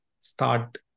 start